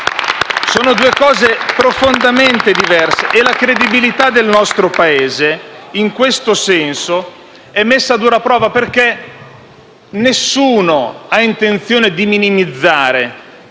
Sono due cose profondamente diverse e la credibilità del nostro Paese in questo senso è messa a dura prova. Nessuno ha intenzione di minimizzare